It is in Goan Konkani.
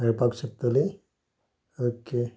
मेळपाक शकतली ओके